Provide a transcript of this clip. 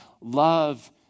love